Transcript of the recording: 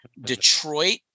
Detroit